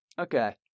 Okay